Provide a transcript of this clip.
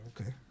Okay